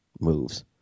moves